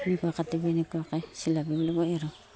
এনেকুৱাকৈ কাটিবি এনেকুৱাকৈ চিলাব বুলি মই আৰু